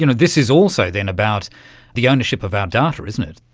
you know this is also then about the ownership of our data, isn't it.